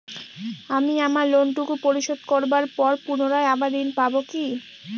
আমি আমার লোন টুকু পরিশোধ করবার পর পুনরায় আবার ঋণ পাবো কি?